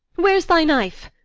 where's thy knife?